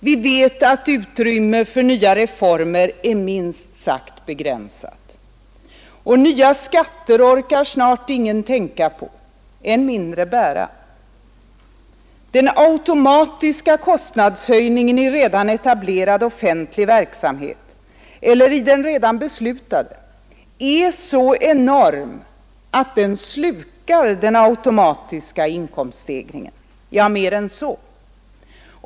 Vi vet att utrymmet för nya reformer är minst sagt begränsat. Och nya skatter orkar snart ingen tänka på — än mindre bära. Den automatiska kostnadshöjningen i redan etablerad offentlig verksamhet eller i den redan beslutade är så enorm att den slukar den automatiska inkomststegringen. Ja, mer än så.